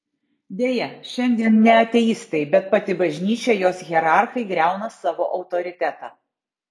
deja šiandien ne ateistai bet pati bažnyčia jos hierarchai griauna savo autoritetą